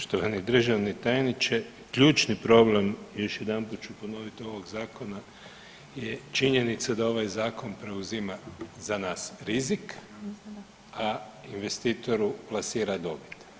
Poštovani tajniče ključni problem još jedanput ću ponoviti ovog zakona je činjenica da ovaj zakon preuzima za nas rizik, a investitoru plasira dobit.